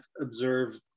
observe